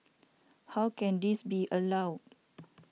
how can this be allowed